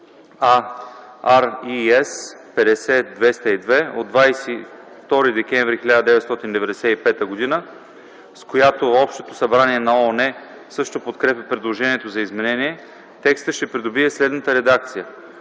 А/RES/50/202 от 22 декември 1995 г., с която Общото събрание на ООН също подкрепя предложението за изменение, текстът ще придобие следната редакция: